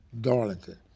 Darlington